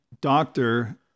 doctor